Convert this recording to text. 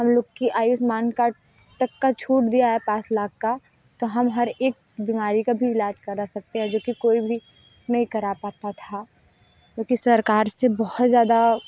हम लोग की आयुष्मान कार्ड तक का छूट दिया है पाँच लाख का तो हम हर एक बीमारी का भी इलाज करा सकते हैं जो कि कोई भी नहीं करा पता था क्योंकि सरकार से बहुत ज़्यादा